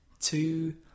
two